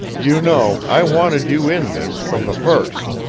you know, i wanted you in this, from the first.